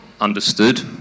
understood